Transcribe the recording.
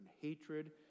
hatred